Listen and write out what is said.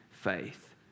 faith